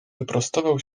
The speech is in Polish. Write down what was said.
wyprostował